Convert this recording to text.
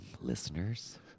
listeners